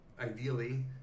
ideally